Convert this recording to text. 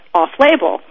off-label